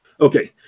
Okay